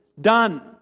Done